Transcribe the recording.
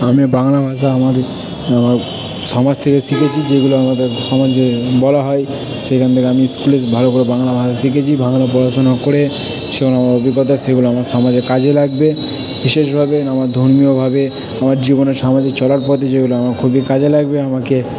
আমি বাংলা ভাষা আমাদের সমাজ থেকে শিখেছি যেগুলো আমাদের সমাজে বলা হয় সেখান থেকে আমি স্কুলের ভালো করে বাংলা ভাষা শিখেছি বাংলা পড়াশোনা করে সেগুলো আমার অভিজ্ঞতা সেগুলো আমাদের সমাজের কাজে লাগবে বিশেষভাবে আমার ধর্মীয়ভাবে আমার জীবনের সামাজিক চলার পথে যেগুলো আমার খুবই কাজে লাগবে আমাকে